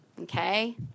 Okay